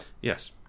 Yes